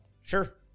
Sure